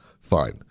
fine